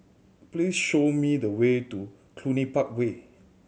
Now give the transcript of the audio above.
please show me the way to Cluny Park Way